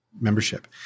membership